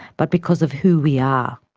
but because of who we are.